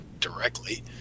directly